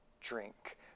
drink